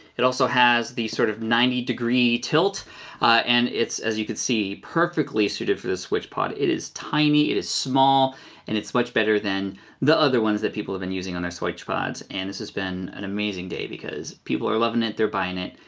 it also has the sort of ninety degree tilt and it's, as you can see, perfectly suited for this switchpod. it is tiny, it is small and it's much better than the other ones that people have been using on their switchpods. and this has been an amazing day because people are loving it, they're buying it,